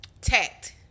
Tact